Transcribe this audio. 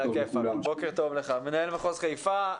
מנהל מחוז חיפה.